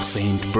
Saint